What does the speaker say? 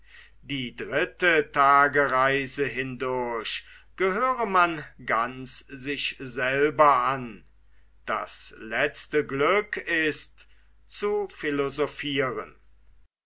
die dritte tagereise hindurch gehöre man ganz sich selber an das letzte glück ist zu philosophiren